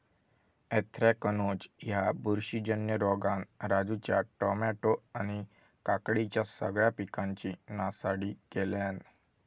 anthracnose ह्या बुरशीजन्य रोगान राजूच्या टामॅटो आणि काकडीच्या सगळ्या पिकांची नासाडी केल्यानं